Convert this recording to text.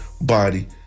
body